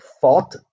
fought